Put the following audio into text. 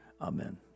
amen